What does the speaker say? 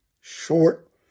short